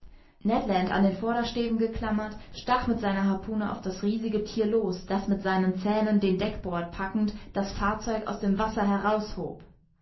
an den vordersteven geklammert stach mit seiner harpune auf das riesige thier los das mit seinen zähnen den deckbord packend das fahrzeug aus dem wasser